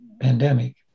pandemic